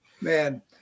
Man